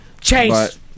Chase